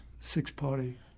six-party